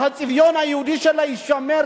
הצביון היהודי שלה יישמר,